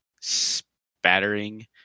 spattering